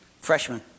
freshman